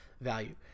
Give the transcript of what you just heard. value